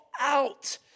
out